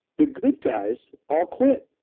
the good guys all quit.